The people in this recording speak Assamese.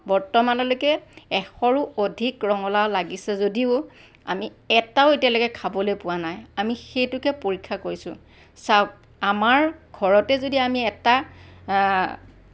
বৰ্তমানলৈকে এশৰো অধিক ৰঙালাও লাগিছে যদিও আমি এটাও এতিয়ালৈকে খাবলৈ পোৱা নাই আমি সেইটোকে পৰীক্ষা কৰিছোঁ চাওক আমাৰ ঘৰতে যদি আমি এটা